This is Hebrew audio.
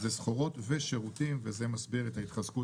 זה סחורות ושירותים וזה מסביר את ההתחזקות